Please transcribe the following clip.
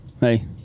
Hey